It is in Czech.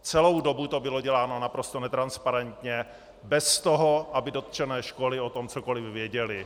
Celou dobu to bylo děláno naprosto netransparentně, bez toho, aby dotčené školy o tom cokoli věděly.